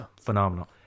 phenomenal